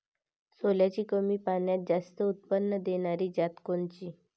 सोल्याची कमी पान्यात जास्त उत्पन्न देनारी जात कोनची?